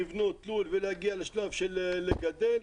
לבנות לול ולהגיע לשלב של לגדל,